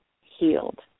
healed